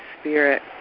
Spirit